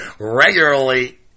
regularly